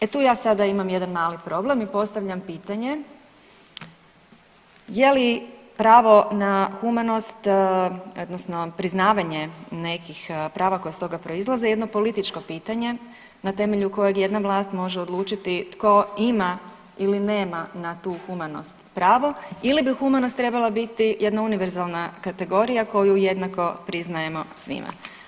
E tu ja sada imam jedan mali problem i postavljam pitanje je li pravo na humanost, odnosno priznavanje nekih prava koja s toga proizlaze jednog političko pitanje na temelju kojeg jedna vlast može odlučiti tko ima ili nema na tu humanost pravo ili bi humanost trebala biti jedna univerzalna kategorija koju jednako priznajemo svima.